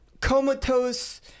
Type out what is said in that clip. comatose